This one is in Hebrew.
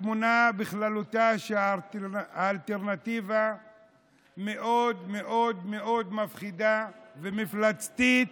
התמונה בכללותה היא שהאלטרנטיבה מאוד מפחידה ומפלצתית,